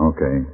Okay